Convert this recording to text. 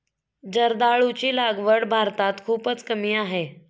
जर्दाळूची लागवड भारतात खूपच कमी आहे